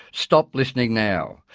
stop listening now.